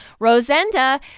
Rosenda